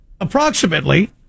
approximately